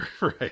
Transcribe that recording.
Right